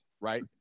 right